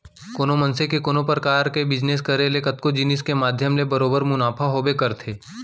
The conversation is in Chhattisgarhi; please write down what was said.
कोनो मनसे के कोनो परकार के बिजनेस करे ले कतको जिनिस के माध्यम ले बरोबर मुनाफा होबे करथे